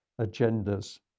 agendas